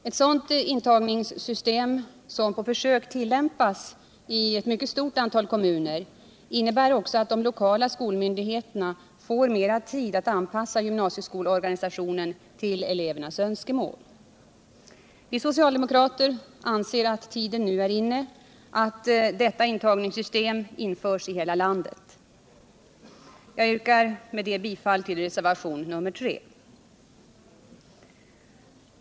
Ett sådant intagningssystem, som på försök tillämpas i ett mycket stort antal kommuner, innebär också att de lokala skolmyndigheterna får mer tid att anpassa gymnasieskolorganisationen till elevernas önskemål. Vi socialdemokrater anser att tiden nu är inne att detta intagningssystem införs i hela landet. Herr talman! Jag yrkar med det anförda bifall till reservationen 3.